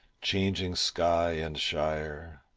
changing sky and shire,